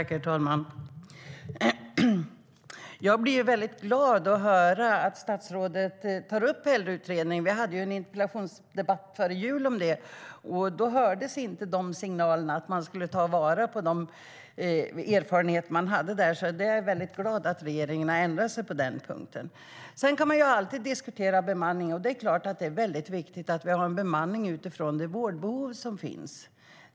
Herr talman! Jag blir glad att höra att statsrådet tar upp Äldreutredningen. Vi hade en interpellationsdebatt före jul om detta. Då hördes inte signalerna om att man skulle ta vara på de erfarenheter som finns, så jag är glad att regeringen har ändrat sig på den punkten. Sedan kan man alltid diskutera bemanning. Det är klart att det är viktigt att vi har en bemanning utifrån det vårdbehov som finns.